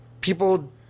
people